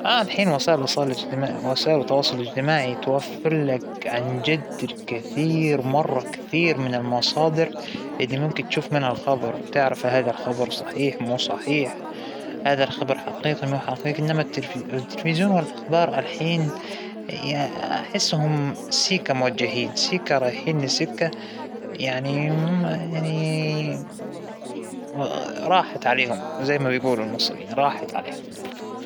بنسبة كبيرة بعتمد على وسايل التواصل الإجتماعى، الفيس بوك التويتر الواتس آب، مو - مو التلفاز أو الجريدة، ما بحثهم صاروا تريندى مثل ما بيحكوا هاى الأيام، لكن لأنه من السهل الوصول للفيس والتويتر وهكذا، بعتقد إنه الأخبار دايماًمنشورة عليهم.